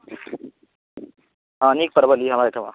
हँ नीक परवल यऽ हमरा एहिठिमा